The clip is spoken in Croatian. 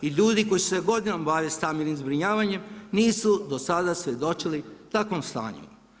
I ljudi koji su se godinama bavili stambenim zbrinjavanjem nisu do sada svjedočili takvom stanju.